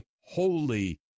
holy